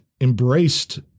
embraced